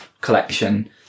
collection